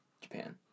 Japan